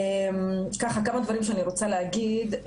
כמה דברים שאני רוצה להגיד,